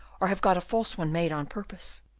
or have got a false one made on purpose.